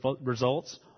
results